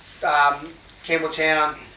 Campbelltown